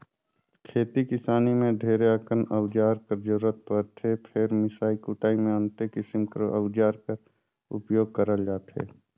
खेती किसानी मे ढेरे अकन अउजार कर जरूरत परथे फेर मिसई कुटई मे अन्ते किसिम कर अउजार कर उपियोग करल जाथे